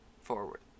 forward